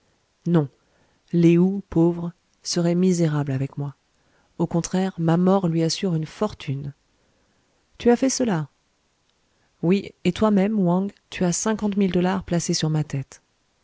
non lé ou pauvre serait misérable avec moi au contraire ma mort lui assure une fortune tu as fait cela oui et toi-même wang tu as cinquante mille dollars placés sur ma tête